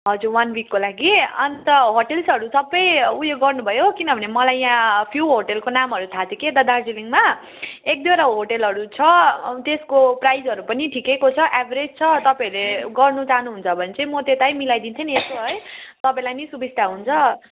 हजुर वन विकको लागि अन्त होटल्सहरू सबै उयो गर्नुभयो किनभने मलाई यहाँ फ्यु होटलको नामहरू थाहा थियो कि यता दार्जिलिङमा एक दुईवटा होटलहरू छ त्यसको प्राइसहरू पनि ठिकैको छ एभरेज छ तपाईँहरूले गर्नु चाहनुहुन्छ भने चाहिँ म त्यतै मिलाइदिन्थेँ नि यसो है तपाईँलाई पनि सुविस्ता हुन्छ